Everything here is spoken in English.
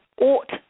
ought